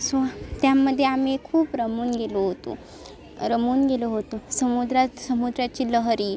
so त्यामध्ये आम्ही खूप रमून गेलो होतो रमून गेलो होतो समुद्रात समुद्राची लहरी